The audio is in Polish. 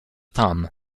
tam